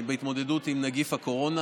בהתמודדות עם נגיף הקורונה.